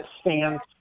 stands